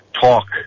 talk